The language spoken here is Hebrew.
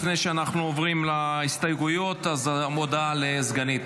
לפני שנעבור להסתייגויות, הודעה לסגנית